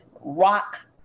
rock